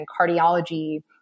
cardiology